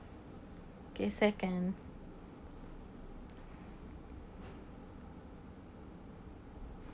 okay second